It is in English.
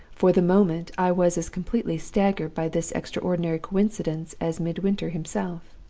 for the moment, i was as completely staggered by this extraordinary coincidence as midwinter himself.